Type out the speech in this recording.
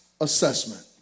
assessment